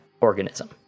organism